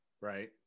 Right